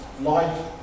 life